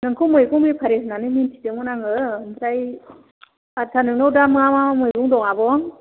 नोंखौ मैगं बेफारि होननानै मोनथिदोंमोन आङो ओमफ्राय आथसा नोंनाव दा मा मा मैगं दं आब'